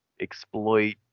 exploit